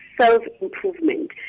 self-improvement